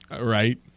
Right